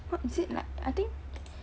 what is it like I think